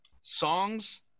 songs